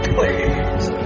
Please